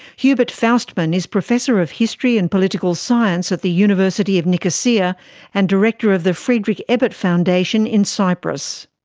hubert faustmann is professor of history and political science at the university of nicosia and director of the friedrich ebert foundation in cyprus.